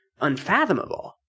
unfathomable